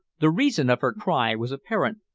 the reason of her cry was apparent,